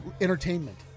entertainment